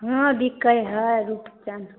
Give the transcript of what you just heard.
हँ बिकै हइ रुपचन